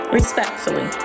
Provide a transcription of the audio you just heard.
respectfully